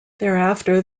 thereafter